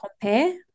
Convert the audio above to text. compare